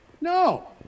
No